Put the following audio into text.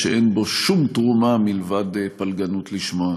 ושאין בו שום תרומה מלבד פלגנות לשמה.